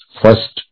first